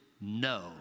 no